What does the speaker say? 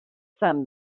some